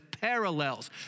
parallels